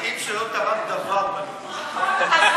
מדהים שלא תרמת דבר בנאום הזה.